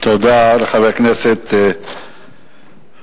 תודה לחבר הכנסת פרוש.